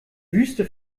wüste